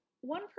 One